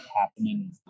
happening